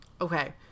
Okay